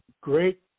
Great